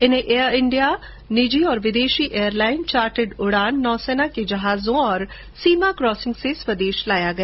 इन्हें एयर इंडिया निजी और विदेशी एयरलाइन चार्टर्ड उडान नौसेना के जहाजों और सीमा क्रॉसिंग से स्वदेश लाया गया